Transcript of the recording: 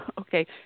Okay